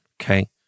okay